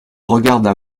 regarda